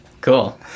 Cool